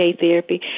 therapy